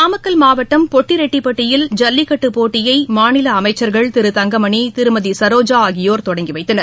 நாமக்கல் மாவட்டம் பொட்டிரெட்டிப்பட்டியில் ஜல்லிக்கட்டுப் போட்டியை மாநில அமைச்சர்கள் திரு தங்கமணி திருமதி சரோஜா ஆகியோர் தொடங்கிவைத்தனர்